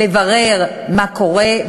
לברר מה קורה,